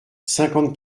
cinquante